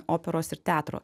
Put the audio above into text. operos ir teatro